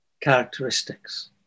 characteristics